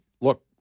look